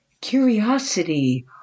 curiosity